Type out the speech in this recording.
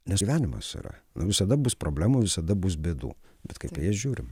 nes gyvenimas yra visada bus problemų visada bus bėdų bet kaip į jas žiūrim